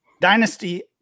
dynasty